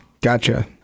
Gotcha